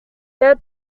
had